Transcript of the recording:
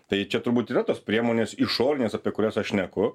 tai čia turbūt yra tos priemonės išorinės apie kurias aš šneku